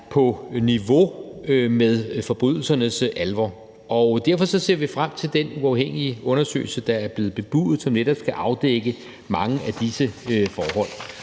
på niveau med forbrydelsernes alvor, og derfor ser vi frem til den uafhængige undersøgelse, der er blevet bebudet, og som netop skal afdække mange af disse forhold.